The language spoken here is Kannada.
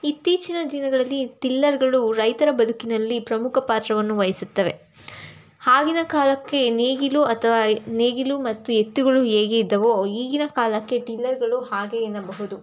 ಇತ್ತೀಚಿನ ದಿನಗಳಲ್ಲಿ ಟಿಲ್ಲರ್ಗಳು ರೈತರ ಬದುಕಿನಲ್ಲಿ ಪ್ರಮುಖ ಪಾತ್ರವನ್ನು ವಹಿಸುತ್ತವೆ ಆಗಿನ ಕಾಲಕ್ಕೆ ನೇಗಿಲು ಅಥವಾ ನೇಗಿಲು ಮತ್ತು ಎತ್ತುಗಳು ಹೇಗೆ ಇದ್ದವೋ ಈಗಿನ ಕಾಲಕ್ಕೆ ಟಿಲ್ಲರ್ಗಳು ಹಾಗೇ ಎನ್ನಬಹುದು